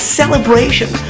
celebration